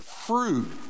fruit